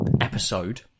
episode